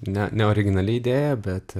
ne neoriginali idėja bet